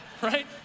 right